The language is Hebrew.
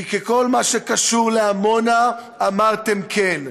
כי בכל מה שקשור לעמונה, אמרתם כן,